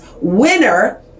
winner